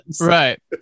right